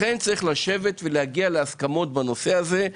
לכן יש לשבת ולהגיע להסכמות בנושא הזה.